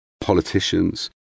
politicians